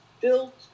built